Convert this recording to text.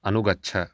अनुगच्छ